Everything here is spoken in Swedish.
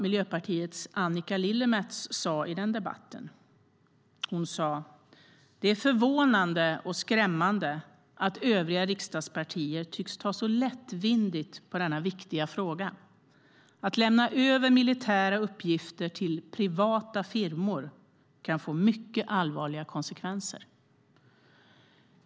Miljöpartiets Annika Lillemets har yttrat följande i den frågan: Det är förvånande och skrämmande att övriga riksdagspartier tycks ta så lättvindigt på denna viktiga fråga; att lämna över militära uppgifter till privata firmor kan få mycket allvarliga konsekvenser.